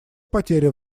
потеря